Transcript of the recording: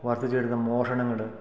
വര്ദ്ധിച്ചു വരുന്ന മോഷണങ്ങൾ